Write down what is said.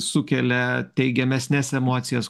sukelia teigiamesnes emocijas